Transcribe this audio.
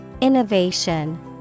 Innovation